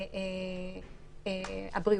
הבריאותי.